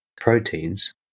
proteins